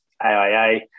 AIA